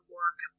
work